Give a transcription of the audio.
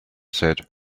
said